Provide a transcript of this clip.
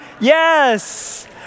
yes